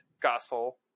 gospel